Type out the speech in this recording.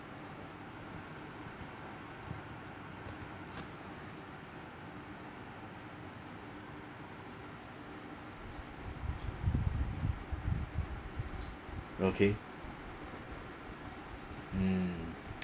okay mm